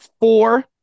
Four